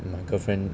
my girlfriend